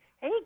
Hey